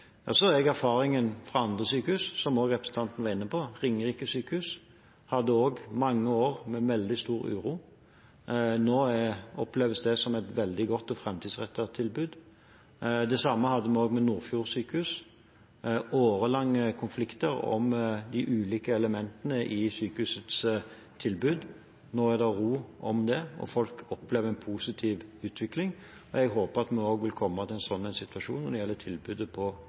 Så har man erfaringer fra andre sykehus, som også representanten var inne på. Ringerike sykehus hadde også mange år med veldig stor uro. Nå oppleves det som et veldig godt og framtidsrettet tilbud. Det samme hadde vi ved Nordfjord sjukehus – årelange konflikter om de ulike elementene i sykehusets tilbud. Nå er det ro om det, og folk opplever en positiv utvikling. Jeg håper at vi også vil komme i en slik situasjon når det gjelder tilbudet på